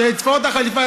שיתפור את החליפה,